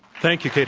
thank you,